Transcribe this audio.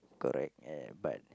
correct eh but